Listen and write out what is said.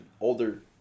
older